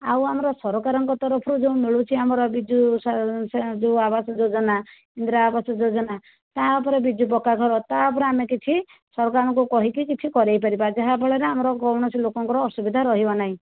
ଆଉ ଆମର ସରକାରଙ୍କ ତରଫରୁ ଯେଉଁ ମିଳୁଛି ଆମର ବିଜୁ ଯେଉଁ ଆବାସ ଯୋଜନା ଇନ୍ଦିରା ଆବାସ ଯୋଜନା ତା'ପରେ ବିଜୁ ପକା ଘର ତା'ଉପରେ ଆମେ କିଛି ସରକାରଙ୍କୁ କହିକି କିଛି କରାଇପାରିବା ଯାହାଫଳରେ ଆମର କୌଣସି ଲୋକଙ୍କର ଅସୁବିଧା ରହିବ ନାହିଁ